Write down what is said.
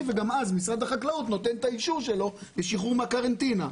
וגם אז משרד החקלאות נותן את האישור שלו לשחרור מהקרנטינה.